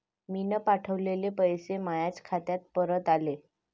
मीन पावठवलेले पैसे मायाच खात्यात परत आले